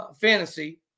Fantasy